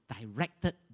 directed